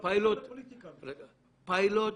פיילוט,